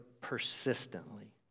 persistently